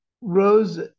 Rose